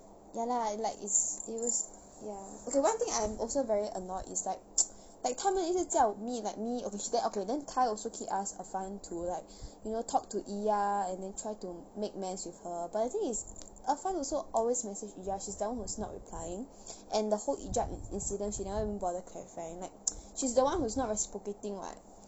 ya lah like its used ya okay one thing I'm also very annoyed is like like 他们一直叫 me like me okay she then okay wait then kai also keep ask I find to like you know talk to iyah and then try to make mends with her but the thing is er fan also always message iyah she's the one who is not replying and the whole hijab in~ incident she never ever bother clarifying like she's the one who is not reciprocating [what]